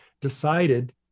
decided